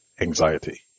anxiety